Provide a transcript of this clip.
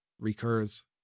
recurs